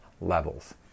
levels